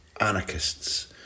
anarchists